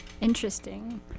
Interesting